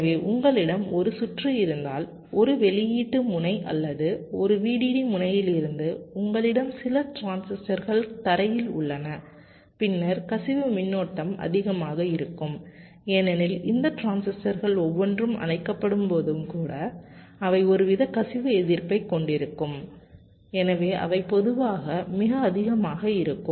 எனவே உங்களிடம் ஒரு சுற்று இருந்தால் ஒரு வெளியீட்டு முனை அல்லது ஒரு VDD முனையிலிருந்து உங்களிடம் சில டிரான்சிஸ்டர்கள் தரையில் உள்ளன பின்னர் கசிவு மின்னோட்டம் அதிகமாக இருக்கும் ஏனெனில் இந்த டிரான்சிஸ்டர்கள் ஒவ்வொன்றும் அணைக்கப்படும் போது கூட அவை ஒருவித கசிவு எதிர்ப்பைக் கொண்டிருக்கும் எனவே அவை பொதுவாக மிக அதிகமாக இருக்கும்